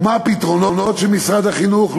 ומה הפתרונות של משרד החינוך?